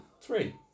three